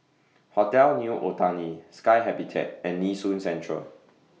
Hotel New Otani Sky Habitat and Nee Soon Central